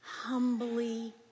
Humbly